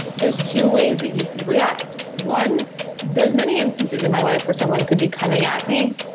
there's two ways that you could react. one there's many instances in my life where someone could be coming at me,